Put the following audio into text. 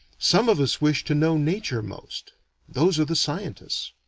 some of us wish to know nature most those are the scientists.